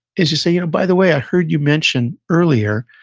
is, you say, you know by the way, i heard you mention earlier,